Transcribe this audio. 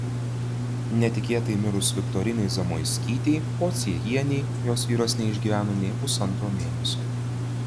netikėtai mirus viktorinai zamoiskytei pociejienei jos vyras neišgyveno nė pusantro mėnesio